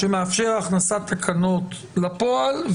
שמאפשר הכנסת תקנות לפועל,